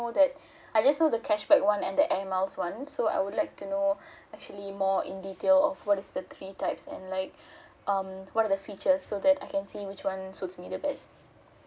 that I just know the cashback one and the air miles one so I would like to know actually more in detail of what is the three types and like um what are the features so that I can see which one suits me the best